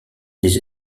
les